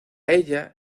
ella